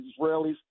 Israelis